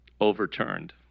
overturned